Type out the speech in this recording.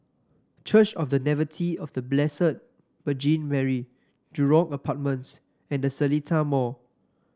Church of The Nativity of The Blessed Virgin Mary Jurong Apartments and The Seletar Mall